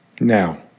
Now